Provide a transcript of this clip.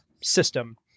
system